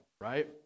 right